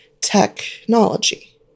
technology